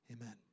Amen